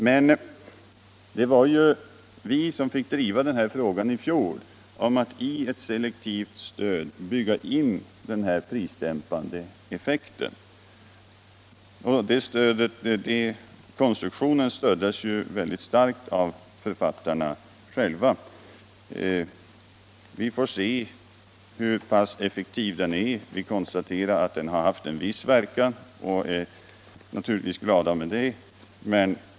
Men det var vi som fick driva den här frågan i fjol och i ett selektivt stöd bygga in en prisdämpande effekt. Konstruktionen stöds mycket starkt av författarna själva. Vi får se hur pass effektiv den är. Vi konstaterar att den har haft en viss verkan och vi är naturligvis glada för det.